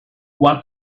what